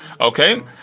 Okay